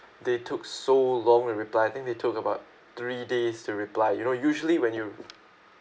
they took so long in replying I think they took about three days to reply you know usually when you